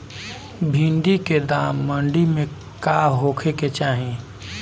भिन्डी के दाम मंडी मे का होखे के चाही?